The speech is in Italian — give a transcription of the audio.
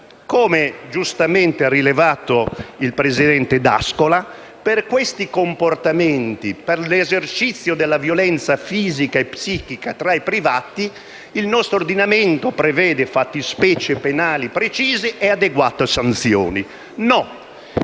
Come giustamente ha rilevato il presidente D'Ascola, per questi comportamenti, per l'esercizio della violenza fisica e psichica tra i privati, il nostro ordinamento prevede fattispecie penali precise e adeguate sanzioni. No,